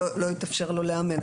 לא יתאפשר לו לאמן,